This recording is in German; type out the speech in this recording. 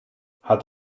hat